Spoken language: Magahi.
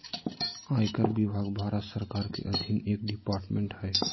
आयकर विभाग भारत सरकार के अधीन एक डिपार्टमेंट हय